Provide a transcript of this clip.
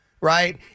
Right